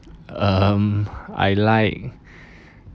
um I like